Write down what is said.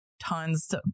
tons